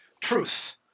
truth